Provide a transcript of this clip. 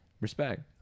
respect